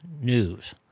news